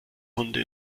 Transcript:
hunde